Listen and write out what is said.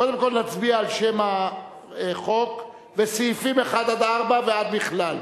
קודם כול נצביע על שם החוק וסעיפים 1 4 ועד בכלל.